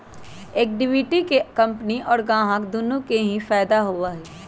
equity के company और ग्राहक दुन्नो के ही फायद दा होबा हई